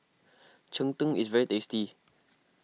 Cheng Tng is very tasty